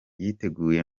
yiteguye